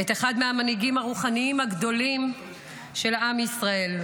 את אחד מהמנהיגים הרוחניים הגדולים של עם ישראל.